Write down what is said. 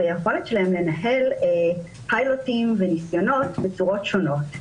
ועל היכולת שלהם לנהל פיילוטים וניסיונות בצורות שונות,